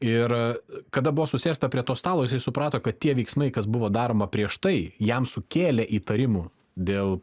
ir kada buvo susėsta prie to stalo jisai suprato kad tie veiksmai kas buvo daroma prieš tai jam sukėlė įtarimų dėl